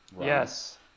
Yes